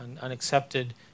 unaccepted